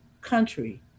country